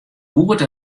goed